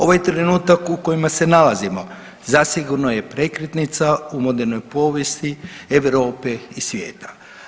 Ovaj trenutak u kojem se nalazimo zasigurno je prekretnica u modernoj povijesti Europe i svijeta.